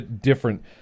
different